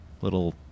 little